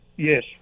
Yes